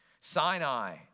Sinai